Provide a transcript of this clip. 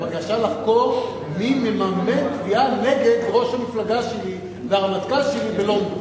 הבקשה לחקור מי מממן תביעה נגד ראש המפלגה שלי והרמטכ"ל שלי בלונדון.